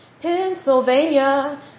Pennsylvania